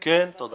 כן, תודה.